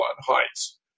Heights